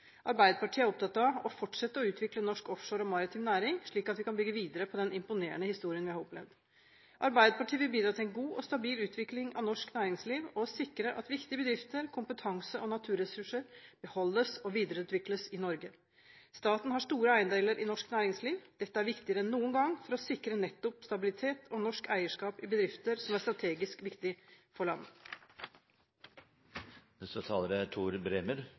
Arbeiderpartiet er opptatt av å fortsette å utvikle norsk offshore og maritim næring, slik at vi kan bygge videre på den imponerende historien vi har opplevd. Arbeiderpartiet vil bidra til en god og stabil utvikling av norsk næringsliv og sikre at viktige bedrifter, kompetanse og naturressurser beholdes og videreutvikles i Norge. Staten har store eierandeler i norsk næringsliv. Dette er viktigere enn noen gang for å sikre nettopp stabilitet og norsk eierskap i bedrifter som er strategisk viktige for